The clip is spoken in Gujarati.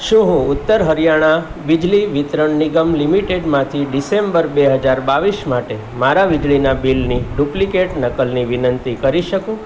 શું હું ઉત્તર હરિયાણા બિજલી વિતરણ નિગમ લિમિટેડમાંથી ડિસેમ્બર બે હજાર બાવીસ માટે મારા વીજળીનાં બિલની ડુપ્લિકેટ નકલની વિનંતી કરી શકું